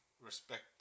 respect